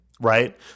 right